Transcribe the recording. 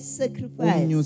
sacrifice